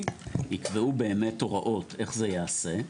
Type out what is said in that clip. הבסיסי ייקבעו באמת הוראות איך זה יעשה.